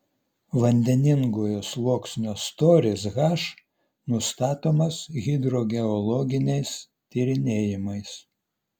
vandeningojo sluoksnio storis h nustatomas hidrogeologiniais tyrinėjimais